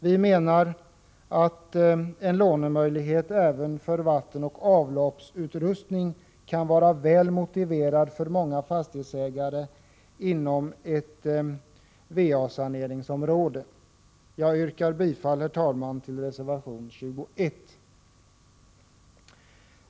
Vi menar att en lånemöjlighet även för vattenoch avloppsutrustning kan vara väl motiverad för många fastighetsägare inom ett va-saneringsområde. Herr talman! Jag yrkar bifall till reservation nr 21.